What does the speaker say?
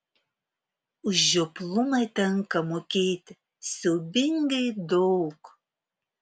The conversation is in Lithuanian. už žioplumą tenka mokėti siaubingai daug